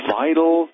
vital